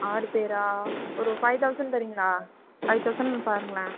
ஆறு பேரா ஒரு ஃபைவ் தௌசண்ட் தரிங்களா பைவ் தௌசண்ட் பாருங்களேன்